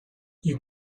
you